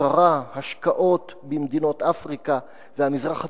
שעיקרה השקעות במדינות אפריקה והמזרח התיכון,